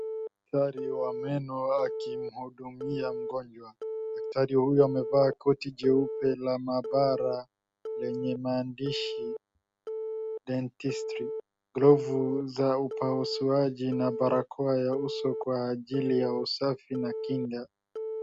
Daktari wa meno akimhudumia mgonjwa. Dakatari huyu amevaa koti jeupe la maabara lenye maandishi dentristy , glovu za upasuaji na barakoa ya uso kw ajili ya usafi na kinga.